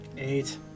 Eight